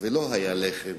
ולא היה לחם.